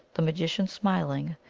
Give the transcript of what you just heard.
the magician, smiling,